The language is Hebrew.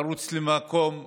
לרוץ למקום מוגן,